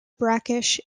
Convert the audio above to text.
brackish